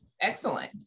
excellent